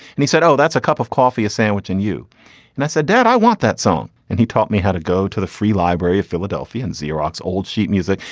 and he said oh that's a cup of coffee a sandwich and you and i said dad i want that song. and he taught me how to go to the free library of philadelphia and xerox old sheet music.